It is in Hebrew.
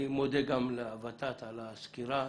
אני מודה גם לות"ת על הסקירה,